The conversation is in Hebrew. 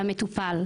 לשמחתי הרבה,